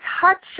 touch